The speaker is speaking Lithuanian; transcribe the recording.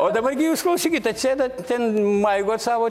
o dabar gi jus klausykit atsisėdat ten maigot savo